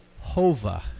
Hova